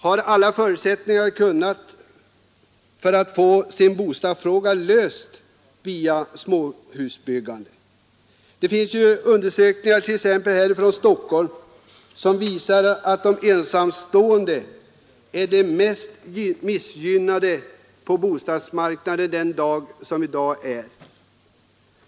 Har alla människor förutsättningar att få sin bostadsfråga löst via småhusbyggande? Det finns undersökningar från t.ex. Stockholm som visar att de ensamstående är de mest missgynnade på bostadsmarknaden den dag som i dag är.